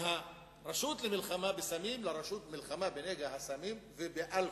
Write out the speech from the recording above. מרשות למלחמה בנגע הסמים לרשות למלחמה בנגע הסמים ובאלכוהול.